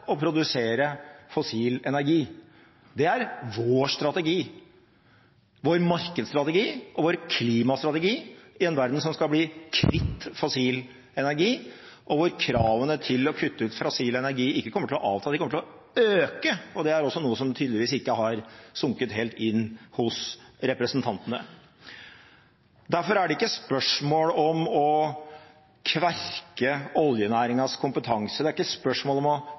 å produsere fossil energi. Det er vår strategi – vår markedsstrategi og vår klimastrategi – i en verden som skal bli kvitt fossil energi, og hvor kravene til å kutte ut fossil energi ikke kommer til å avta. De kommer til å øke, og det er noe som tydeligvis ikke har sunket helt inn hos representantene. Derfor er det ikke spørsmål om å kverke oljenæringens kompetanse, det er ikke spørsmål om